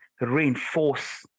reinforce